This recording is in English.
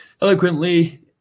eloquently